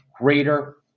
greater